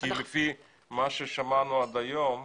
לפי מה ששמענו עד היום,